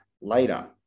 later